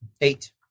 eight